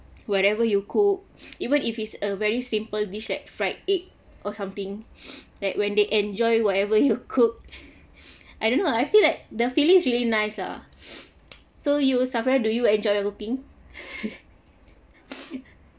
whatever you cook even it's a very simple dish like fried egg or something like when they enjoy whatever you cook I don't know I feel like the feelings really nice lah so you safira do you enjoy cooking